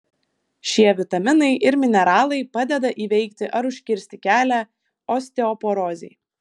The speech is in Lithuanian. šie vitaminai ir mineralai padeda įveikti ar užkirsti kelią osteoporozei